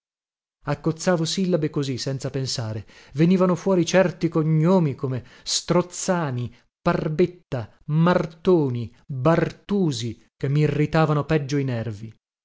specialmente accozzavo sillabe così senza pensare venivano fuori certi cognomi come strozzani parbetta martoni bartusi che mirritavano peggio i nervi